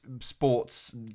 sports